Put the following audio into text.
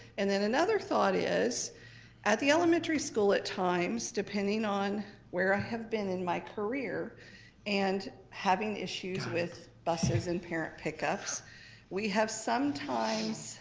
and another thought is at the elementary school at times depending on where i have been in my career and having issues with buses and parent pick ups we have sometimes